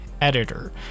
editor